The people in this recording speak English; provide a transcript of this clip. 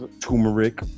Turmeric